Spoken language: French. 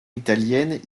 italienne